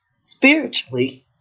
spiritually